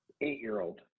eight-year-old